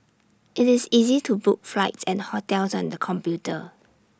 IT is easy to book flights and hotels on the computer